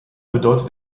bedeutet